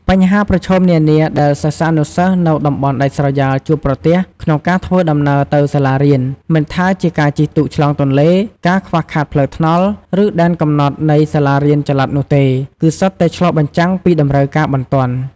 បញ្ហាប្រឈមនានាដែលសិស្សានុសិស្សនៅតំបន់ដាច់ស្រយាលជួបប្រទះក្នុងការធ្វើដំណើរទៅសាលារៀន មិនថាជាការជិះទូកឆ្លងទន្លេ ការខ្វះខាតផ្លូវថ្នល់ ឬដែនកំណត់នៃសាលារៀនចល័តនោះទេ គឺសុទ្ធតែឆ្លុះបញ្ចាំងពីតម្រូវការបន្ទាន់។